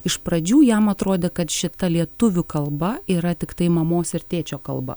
iš pradžių jam atrodė kad šita lietuvių kalba yra tiktai mamos ir tėčio kalba